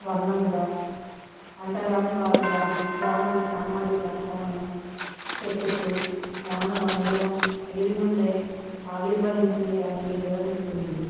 వర్ణముగా అంటరాని వారుగా బ్రాహ్మణ సామాజిక కోణం చెప్పుచు మానవమూలం వీరి నుండే ఆవిర్భవించింది అని వివరిస్తుంది